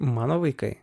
mano vaikai